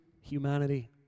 humanity